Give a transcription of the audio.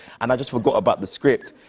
and i just forgot about the script,